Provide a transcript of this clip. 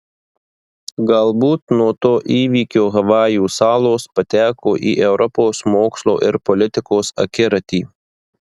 galbūt nuo to įvykio havajų salos pateko į europos mokslo ir politikos akiratį